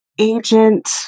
agent